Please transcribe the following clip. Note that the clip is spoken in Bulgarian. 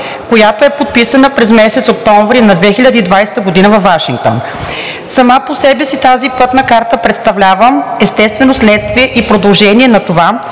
която е подписана през месец октомври на 2020 г. във Вашингтон. Сама по себе си тази пътна карта представлява естествено следствие и продължение на това